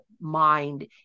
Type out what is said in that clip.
mind